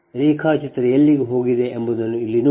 ರೇಖಾಚಿತ್ರ ಎಲ್ಲಿಗೆ ಹೋಗಿದೆ ಎಂಬುದನ್ನು ಇಲ್ಲಿ ನೋಡಿ